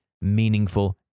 meaningful